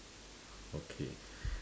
okay